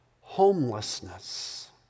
homelessness